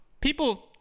people